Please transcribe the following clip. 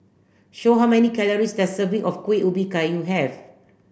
show how many calories does a serving of Kuih Ubi Kayu have